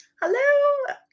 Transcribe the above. Hello